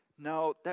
No